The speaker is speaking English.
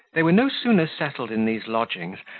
they were no sooner settled in these lodgings,